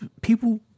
people